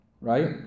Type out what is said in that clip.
right